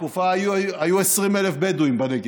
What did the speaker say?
בתקופה ההיא היו 20,000 בדואים בנגב,